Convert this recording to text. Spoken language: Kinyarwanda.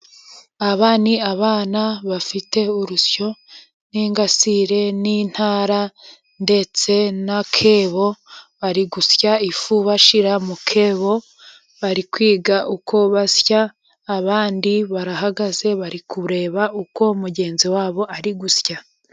Aba ni abana bafite ,urusyo ,n'ingasire ,n'intara ndetse n'akebo bari gusya ifu bashira mu kebo, bari kwiga uko basya, abandi barahagaze bari kureba uko mugenzi wabo ari gusya.